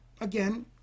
again